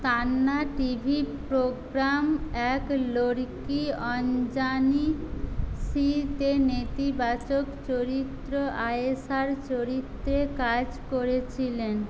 Tanna TV programme Ek Ladki Anjaani সিতে নেতিবাচক চরিত্র আয়েশার চরিত্রে কাজ করেছিলেন